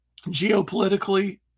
geopolitically